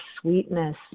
sweetness